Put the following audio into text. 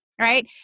right